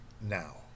now